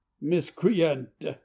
Miscreant